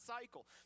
cycle